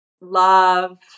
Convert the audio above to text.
love